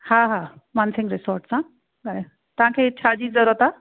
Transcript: हा मानसिंग रिसॉर्ट सां तव्हांखे छाजी ज़रूरत आहे